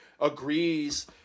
Agrees